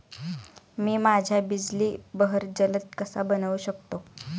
मी माझ्या बिजली बहर जलद कसा बनवू शकतो?